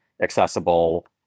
accessible